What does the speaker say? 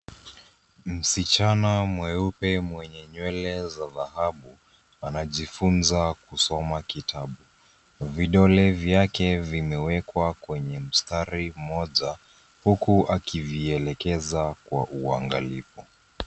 Msichana mweupe mwenye nywele za dhahabu anajifunza kusoma kitabu. Vidole vyake vimewekwa kwenye mstari moja huku akivielekeza kwa uangalifu.